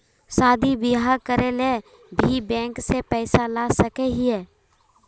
शादी बियाह करे ले भी बैंक से पैसा ला सके हिये?